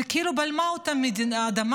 זה כאילו בלעה אותם האדמה.